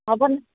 হ'বনে